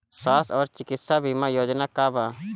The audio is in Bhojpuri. स्वस्थ और चिकित्सा बीमा योजना का बा?